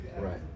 right